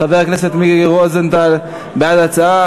חבר הכנסת מיקי רוזנטל בעד ההצעה,